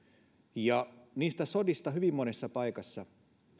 ja niistä sodista hyvin monessa paikassa